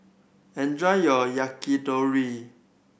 enjoy your Yakitori